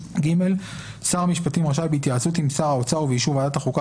(ג) שר המשפטים רשאי בהתייעצות עם שר האוצר ובאישור ועדת החוקה